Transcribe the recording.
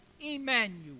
Emmanuel